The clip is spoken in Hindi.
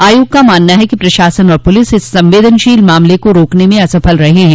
आयोग का मानना है कि प्रशासन और पुलिस इस संवेदनशील मामले को रोकने में असफल रहे हैं